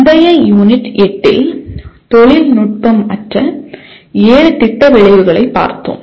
முந்தைய யூனிட் 8 இல் தொழில்நுட்பமற்ற ஏழு திட்ட விளைவுகளைப் பார்த்தோம்